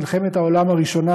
מלחמת העולם הראשונה,